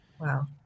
Wow